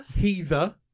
Heather